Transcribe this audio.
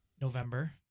November